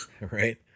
right